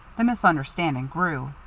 the misunderstanding grew.